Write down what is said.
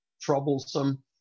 troublesome